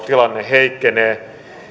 heikkenee